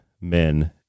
men